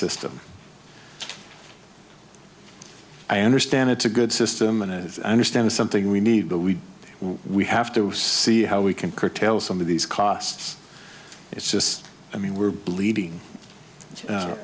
system i understand it's a good system and i understand something we need but we we have to see how we can curtail some of these costs it's just i mean we're bleeding